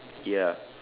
ya